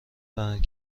دهند